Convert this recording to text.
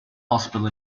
hospital